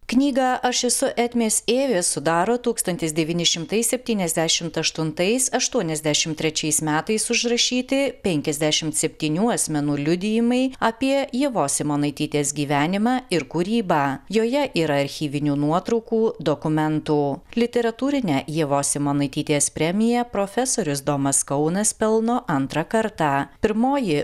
knygą aš esu etmės evė sudaro tūkstantis devyni šimtai septyniasdešimt aštuntais aštuoniasdešimt trečiais metais užrašyti penkiasdešimt septynių asmenų liudijimai apie ievos simonaitytės gyvenimą ir kūrybą joje yra archyvinių nuotraukų dokumentų literatūrinę ievos simonaitytės premiją profesorius domas kaunas pelno antrą kartą pirmoji